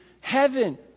heaven